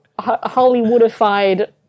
Hollywoodified